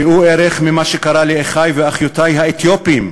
ראו ערך מה שקרה לאחי ואחיותי האתיופים,